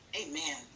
Amen